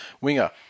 winger